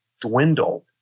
dwindled